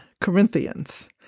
Corinthians